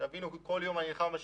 כל יום אני בשיקום,